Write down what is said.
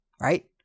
right